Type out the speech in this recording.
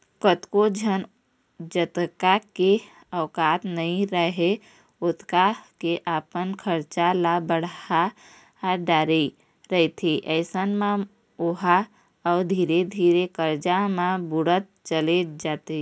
कतको झन जतका के आवक नइ राहय ओतका के अपन खरचा ल बड़हा डरे रहिथे अइसन म ओहा अउ धीरे धीरे करजा म बुड़त चले जाथे